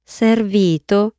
servito